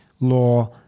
law